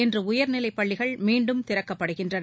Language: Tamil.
இன்று உயர்நிலைப் பள்ளிகள் மீண்டும் திறக்கப்படுகின்றன